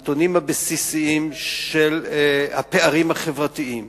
הנתונים הבסיסיים של הפערים החברתיים,